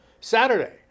Saturday